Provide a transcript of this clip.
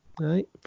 right